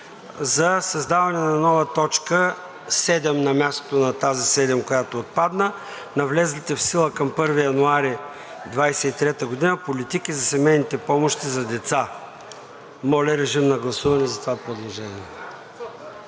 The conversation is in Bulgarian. за създаване на нова т. 7 на мястото на тази седем, която отпадна „на влезлите в сила към 1 януари 2023 г. политики за семейните помощи за деца“. Моля, режим на гласуване за това предложение.